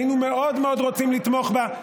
היינו מאוד מאוד רוצים לתמוך בה,